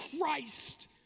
Christ